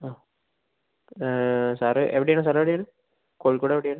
ആ സാറ് എവിടെ ആണ് സാർ എവിടെ ആണ് കോഴിക്കോട് എവിടെ ആണ്